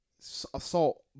assault